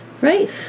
Right